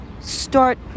start